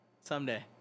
someday